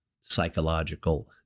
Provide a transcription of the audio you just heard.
psychological